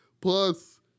Plus